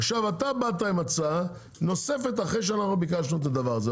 עכשיו אתה באת עם הצעה נוספת אחרי שאנחנו ביקשנו את הדבר הזה.